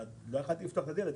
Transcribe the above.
אבל לא יכולתי לפתוח את הדלת.